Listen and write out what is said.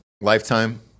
lifetime